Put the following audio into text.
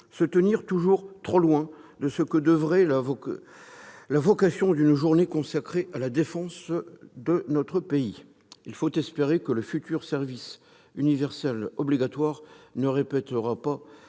se tient toujours trop loin de ce que devrait être la vocation d'une journée consacrée à la défense de notre pays. Il faut espérer que le futur service national universel, le SNU, ne répétera pas